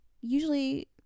usually